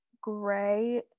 gray